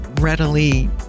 readily